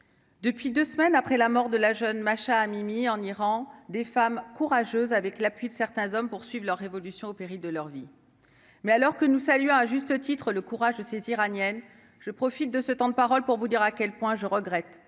Depuis 2 semaines après la mort de la jeune Masha Amini en Iran, des femmes courageuses, avec l'appui de certains hommes poursuivent leur évolution au péril de leur vie, mais alors que nous, à juste titre le courage c'est iranienne, je profite de ce temps de parole pour vous dire à quel point je regrette